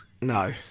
No